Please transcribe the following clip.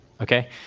Okay